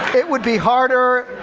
it would be harder.